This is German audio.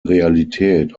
realität